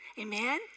Amen